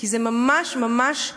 כי זה ממש ממש בדמנו,